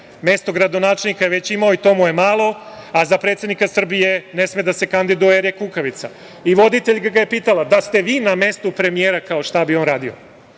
Mesto gradonačelnika je već imao i to mu je malo, a za predsednika Srbije ne sme da se kandiduje jer je kukavica. I voditeljka ga je pitala – da ste vi na mestu premijera, kao, šta bi on radio?